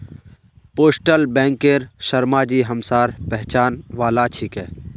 postal बैंकेर शर्माजी हमसार पहचान वाला छिके